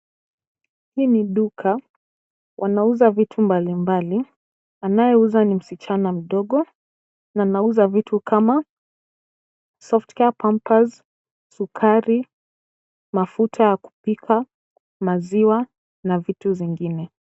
Hii ni duka. Wanauza vitu mbalimbali. Anayeuza ni msichana mdogo na anauza vitu kama; Softcare, pampers , sukari, mafuta ya kupika, maziwa na vitu zingine.